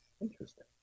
Interesting